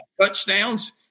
touchdowns